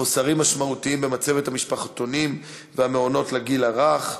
חוסרים משמעותיים במצבת המשפחתונים והמעונות לגיל הרך,